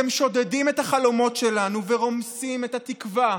אתם שודדים את החלומות שלנו ורומסים את התקווה,